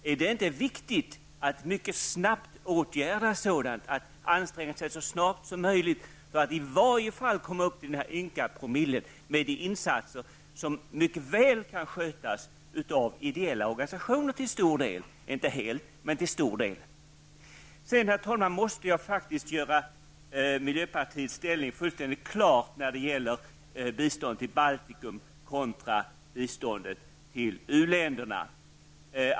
Är det inte viktigt att anstränga sig att så snart som möjligt i varje fall komma upp till den här ynka promillen, med insatser som mycket väl -- inte helt men till stor del -- kan skötas av ideella organisationer? Sedan måste jag faktiskt, herr talman, göra miljöpartiets ställning fullständigt klar när det gäller biståndet till Baltikum kontra biståndet till uländerna.